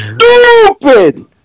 stupid